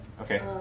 Okay